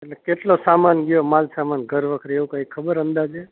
એટલે કેટલો સમાન ગયો માલ સમાન ઘરવખરી એવું કંઈ ખબર અંદાજે